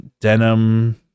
denim